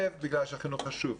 כי החינוך חשוב,